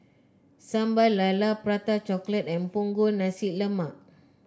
Sambal Lala Prata Chocolate and Punggol Nasi Lemak